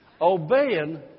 obeying